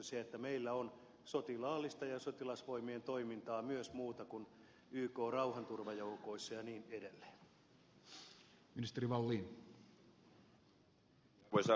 se että meillä on sotilaallista ja sotilasvoimien toimintaa myös muuta kuin ykn rauhanturvajoukoissa ja niin edelleen